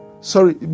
sorry